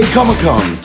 Comic-Con